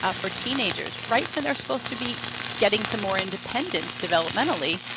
ah for teenagers, right when they're supposed to be getting some more independence developmentally,